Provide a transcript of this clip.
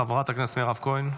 חברת הכנסת מירב כהן,